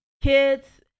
Kids